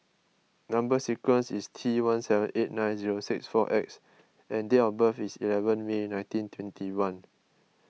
Number Sequence is T one seven eight nine zero six four X and date of birth is eleven May nineteen twenty one